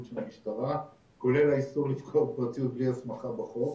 של המשטרה כולל האיסור לפגוע בפרטיות בלי הסמכה בחוק.